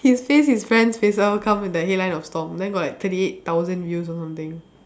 his face his friends' face all come in the headline of stomp then got like thirty eight thousand views or something